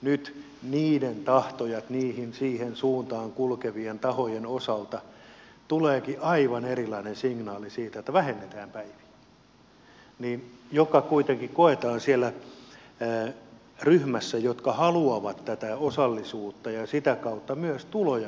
nyt niiden tahtojien siihen suuntaan kulkevien tahojen osalta tuleekin aivan erilainen signaali siitä että vähennetään päiviä mikä kuitenkin koetaan huonona siellä ryhmässä joka haluaa tätä osallisuutta ja sitä kautta myöskin tulojen karttumista